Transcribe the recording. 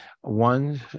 one